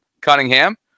Cunningham